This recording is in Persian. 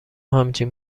همچین